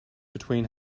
between